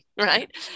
right